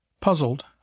Puzzled